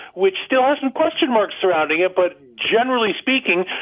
which still has some question marks surrounding it. but generally speaking,